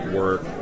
work